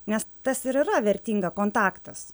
nes tas ir yra vertinga kontaktas